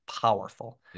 powerful